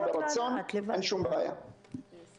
ובניגוד למעונות היום זה